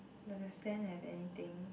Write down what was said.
does the sand have anything